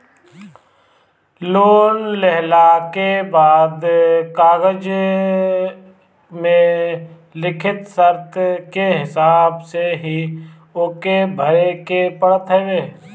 loan लेहला के बाद कागज में लिखल शर्त के हिसाब से ही ओके भरे के पड़त हवे